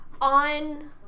on